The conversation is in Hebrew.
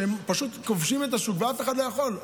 שהם פשוט כובשים את השוק ואף אחד לא יכול,